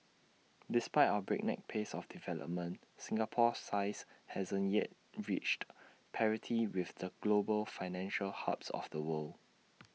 despite our breakneck pace of development Singapore's size hasn't yet reached parity with the global financial hubs of the world